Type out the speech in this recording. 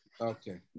Okay